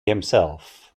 himself